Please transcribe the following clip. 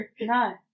No